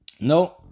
no